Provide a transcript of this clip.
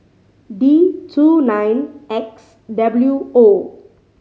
D two nine X W O